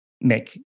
make